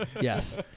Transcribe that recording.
Yes